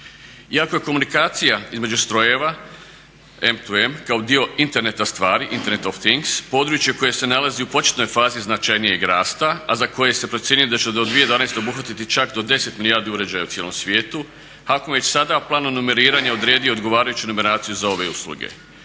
Iako je komunikacija između strojeva M to M kao dio interneta stvari, Internet of things, područje koje se nalazi u početnoj fazi značajnijeg rasta a za koje se procjenjuje da će do 2011. obuhvatiti čak do 10 milijardi uređaja u cijelom svijetu HAKOM već sada planom numeriranja je odredio odgovarajuću numeraciju za ove usluge.